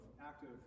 active